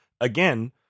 again